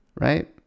right